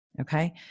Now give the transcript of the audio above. Okay